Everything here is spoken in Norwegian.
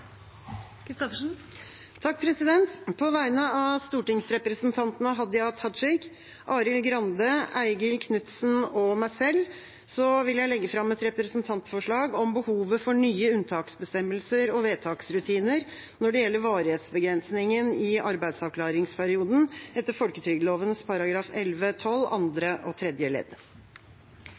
På vegne av stortingsrepresentantene Hadia Tajik, Arild Grande, Eigil Knutsen og meg selv vil jeg legge fram et representantforslag om behovet for nye unntaksbestemmelser og vedtaksrutiner når det gjelder varighetsbegrensningen i arbeidsavklaringsperioden, etter folketrygdloven § 11-12 annet og tredje ledd.